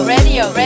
Radio